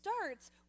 starts